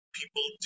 people